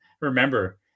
remember